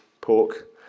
pork